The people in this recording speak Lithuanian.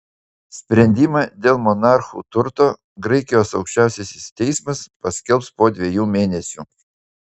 sprendimą dėl monarchų turto graikijos aukščiausiasis teismas paskelbs po dviejų mėnesių